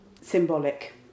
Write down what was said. symbolic